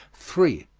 three.